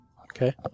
Okay